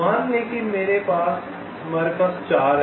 मान लें कि हमारे पास 4 हैं